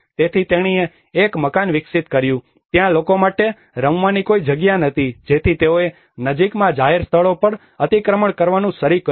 તેથી તેણીએ એક મકાન વિકસિત કર્યું ત્યાં લોકો માટે રમવાની કોઈ જગ્યા નહોતી જેથી તેઓએ નજીકમાં જાહેર સ્થળો પર અતિક્રમણ કરવાનું શરૂ કર્યું